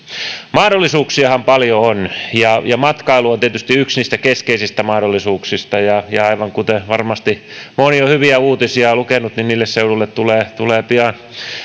mahdollisuuksiahan paljon on ja matkailu on tietysti yksi niistä keskeisistä mahdollisuuksista aivan kuten varmasti moni on hyviä uutisia lukenut niin niille seuduille tulee tulee pian